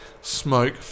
smoke